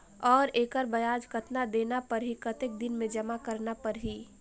और एकर ब्याज कतना देना परही कतेक दिन मे जमा करना परही??